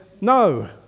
no